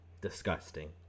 disgusting